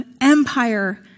empire